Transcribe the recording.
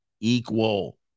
equal